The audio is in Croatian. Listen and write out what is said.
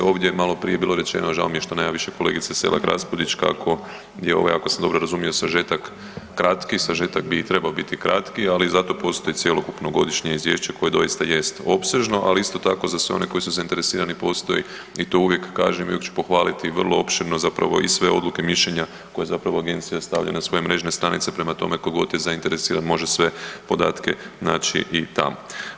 Ovdje je maloprije bilo rečeno, žao mi je što nema više Selak Raspudić, kako gdje ovaj ako sam dobro razumio, sažetak kratki, sažetak bi trebao biti kratki ali zato postoji cjelokupno godišnje izvješće koje doista jest opsežno ali isto tako za sve one koji su zainteresirani, postoji i to uvijek kažem, još ću pohvaliti i vrlo opširno zapravo i sve odluke, mišljenja koje zapravo agencija stavlja na svoje mrežne stranice, prema tome, tko god je zainteresiran, može sve podatke naći i tamo.